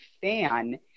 fan